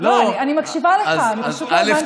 אני מקשיבה לך, אני פשוט לא הבנתי את המשפט.